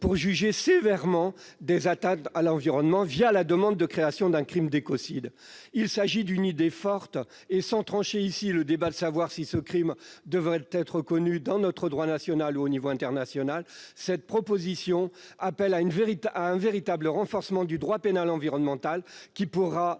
de juger sévèrement les atteintes à l'environnement la création d'un crime d'écocide. Il s'agit d'une idée majeure. Sans trancher ici le débat de savoir si ce crime devrait être reconnu dans notre droit national ou à l'échelon international, cette proposition appelle à un véritable renforcement du droit pénal environnemental, qui prendrait